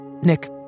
Nick